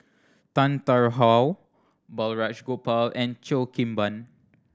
Tan Tarn How Balraj Gopal and Cheo Kim Ban